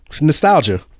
nostalgia